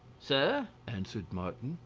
sir, answered martin,